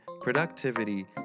productivity